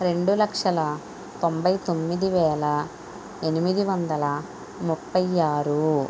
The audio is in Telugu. రెండు లక్షల తొంభై తొమ్మిది వేల ఎనిమిది వందల ముప్పై ఆరు